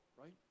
right